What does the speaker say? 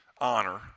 honor